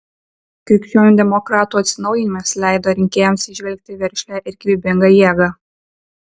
krikščionių demokratų atsinaujinimas leido rinkėjams įžvelgti veržlią ir gyvybingą jėgą